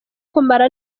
kumara